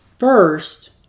First